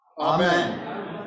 Amen